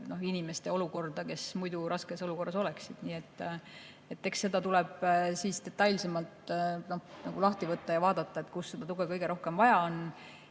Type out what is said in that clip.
inimeste olukorda, kes oleksid muidu raskes olukorras. Nii et eks see tuleb detailsemalt lahti võtta ja vaadata, kus seda tuge kõige rohkem vaja on.